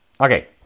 Okay